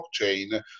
blockchain